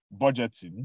budgeting